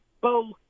Bo